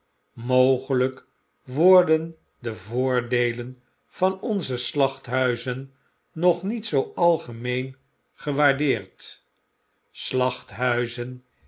mogelp worden de voordeelen van onze slachthuizen nog niet zoo algemeen gewaardeerd